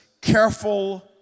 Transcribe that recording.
careful